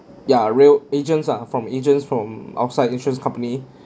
ya real agents ah from agents from outside insurance company